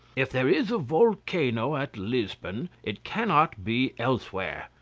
if there is a volcano at lisbon it cannot be elsewhere.